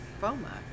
foma